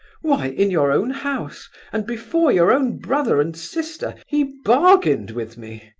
why, in your own house and before your own brother and sister, he bargained with me!